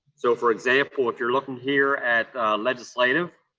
so, for example, if you're looking here at legislative,